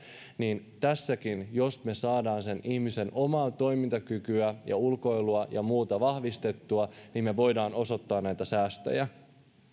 niin että jos me saamme ihmisen omaa toimintakykyä ja ulkoilua ja muuta vahvistettua me voimme osoittaa näitä säästöjä